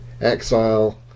exile